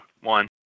One